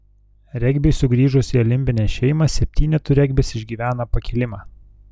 regbiui sugrįžus į olimpinę šeimą septynetų regbis išgyvena pakilimą